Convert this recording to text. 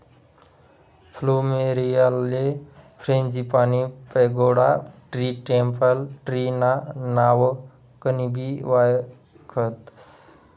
फ्लुमेरीयाले frangipani, pagoda tree, temple tree ना नावकनबी वयखतस